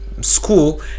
school